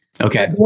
Okay